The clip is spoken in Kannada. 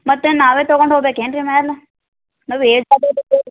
ಮತ್ತು ನಾವೇ ತಗೊಂಡು ಹೋಗ್ಬೇಕ್ ಏನ್ರಿ ಮೇಲೆ ನಾವು ಏಜ್ ಆದವ್ರು ಇದ್ದೇವೆ ರೀ